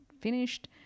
finished